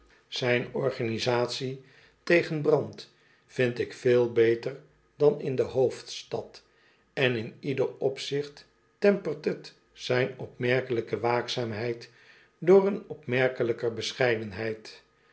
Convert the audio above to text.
zijn organisatie tegen brand vind ik veel beter dan in de hoofdstad en in ieder opzicht tempert het zijn opmerkelijke waakzaamheid door een opmerkelijker bescheidenheid